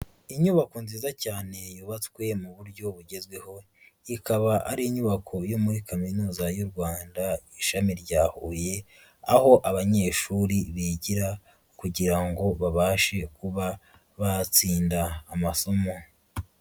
Inyubako nziza cyane yubatswe mu buryo bugezweho, ikaba ari inyubako yo muri Kaminuza y'u Rwanda ishami rya Huye, aho abanyeshuri bigira kugira ngo babashe kuba batsinda amasomo.